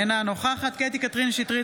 אינה נוכחת קטי קטרין שטרית,